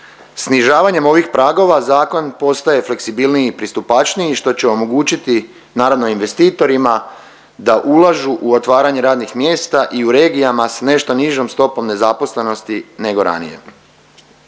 Snižavanjem ovih pragova zakon postaje fleksibilniji, pristupačniji što će omogućiti naravno investitorima da ulažu u otvaranje radnih mjesta i u regijama sa nešto nižom stopom nezaposlenosti nego ranije.